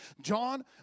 John